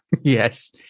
Yes